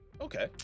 Okay